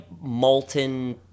molten